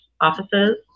offices